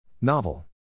Novel